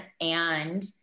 and-